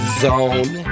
zone